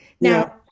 Now